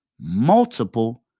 multiple